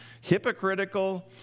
hypocritical